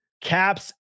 Caps